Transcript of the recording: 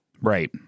right